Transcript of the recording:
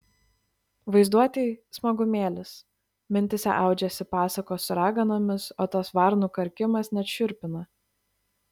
vaizduotei smagumėlis mintyse audžiasi pasakos su raganomis o tas varnų karkimas net šiurpina